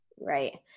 Right